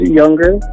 younger